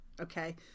Okay